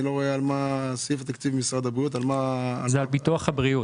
זה על ביטוח הבריאות.